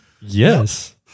Yes